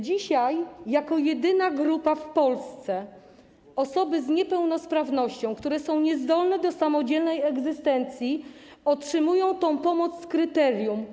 Dzisiaj, jako jedyna grupa w Polsce, osoby z niepełnosprawnością, które są niezdolne do samodzielnej egzystencji, otrzymują tę pomoc z kryterium.